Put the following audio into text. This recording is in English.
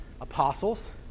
apostles